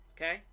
okay